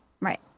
Right